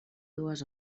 dues